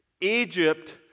Egypt